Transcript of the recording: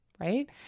right